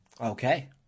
Okay